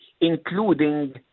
including